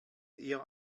eher